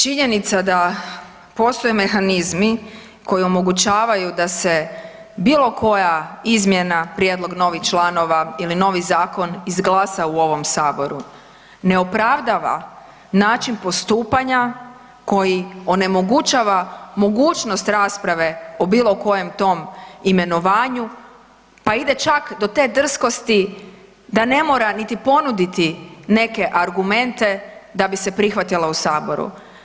Činjenica da postoje mehanizmi koji omogućavaju da se bilo koja izmjena, prijedlog novih članova ili novi zakon izglasa u ovom Saboru ne opravdava način postupanja koji onemogućava mogućnost rasprave o bilo kojem tom imenovanju pa ide čak do te drskosti da ne mora niti ponuditi neke argumente da bi se prihvatila u Saboru.